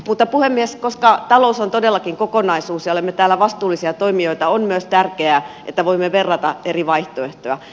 mutta puhemies koska talous on todellakin kokonaisuus ja olemme täällä vastuullisia toimijoita on myös tärkeää että voimme verrata eri vaihtoehtoja